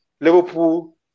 Liverpool